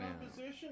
composition